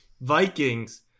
Vikings